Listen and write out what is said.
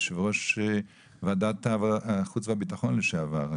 יושב-ראש ועדת החוץ והביטחון לשעבר,